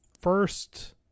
first